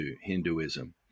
Hinduism